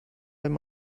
wenn